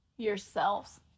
yourselves